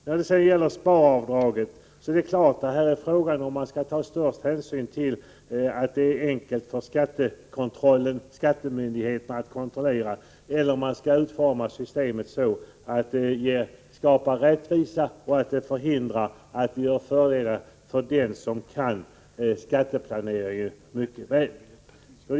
När det gäller sparavdraget är frågan om man skall ta den största hänsynen till att det är enkelt för skattemyndigheterna att kontrollera eller om man skall utforma systemet så att det skapar rättvisa och förhindrar att det blir fördelar för den som kan skatteplanering mycket väl.